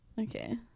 okay